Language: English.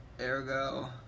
Ergo